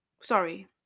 Sorry